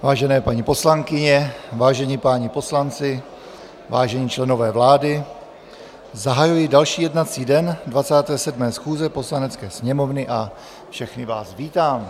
Vážené paní poslankyně, vážení páni poslanci, vážení členové vlády, zahajuji další jednací den 27. schůze Poslanecké sněmovny a všechny vás vítám.